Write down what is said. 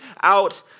out